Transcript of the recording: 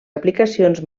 aplicacions